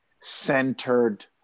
centered